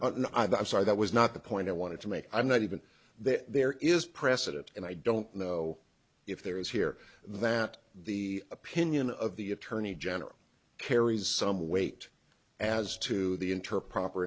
saw that was not the point i wanted to make i'm not even that there is precedent and i don't know if there is here that the opinion of the attorney general carries some weight as to the inter proper